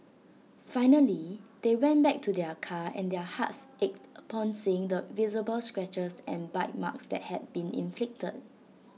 finally they went back to their car and their hearts ached upon seeing the visible scratches and bite marks that had been inflicted